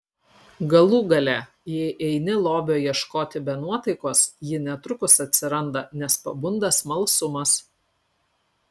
galų gale jei eini lobio ieškoti be nuotaikos ji netrukus atsiranda nes pabunda smalsumas